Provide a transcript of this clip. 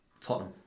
Tottenham